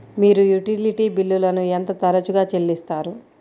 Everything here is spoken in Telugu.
మీరు యుటిలిటీ బిల్లులను ఎంత తరచుగా చెల్లిస్తారు?